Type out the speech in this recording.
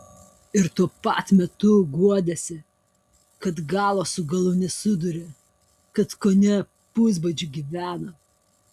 ir tuo pat metu guodėsi kad galo su galu nesuduria kad kone pusbadžiu gyvena